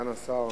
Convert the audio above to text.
סגן השר,